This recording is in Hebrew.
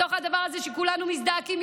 בתוך הדבר הזה שבו כולנו מזדעקים,